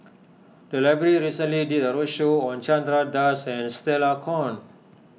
the library recently did a roadshow on Chandra Das and Stella Kon